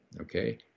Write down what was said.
okay